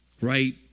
right